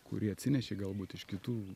kurį atsinešei galbūt iš kitų